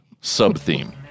sub-theme